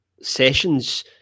sessions